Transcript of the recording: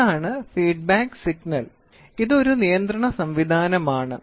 ഇതാണ് feedback signal ഇത് ഒരു നിയന്ത്രണ സംവിധാനമാണ്